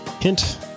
Hint